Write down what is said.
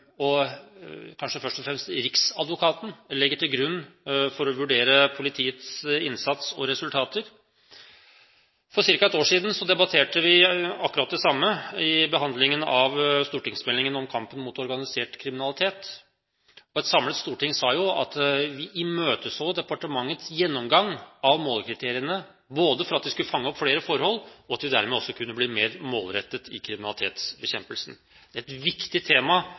og kanskje først og fremst Riksadvokaten – legger til grunn for å vurdere politiets innsats og resultater. For ca. et år siden debatterte vi akkurat det samme, under behandlingen av stortingsmeldingen om kampen mot organisert kriminalitet. Et samlet storting sa jo at vi imøteså departementets gjennomgang av målekriteriene, både for at vi skulle fange opp flere forhold, og for at vi dermed kunne bli mer målrettet i kriminalitetsbekjempelsen – et viktig tema